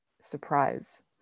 surprise